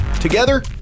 Together